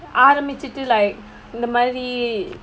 ஆரம்பிச்சுட்டு:aarmbichuttu like இந்த மாதிரி:intha maathiri